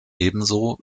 ebenso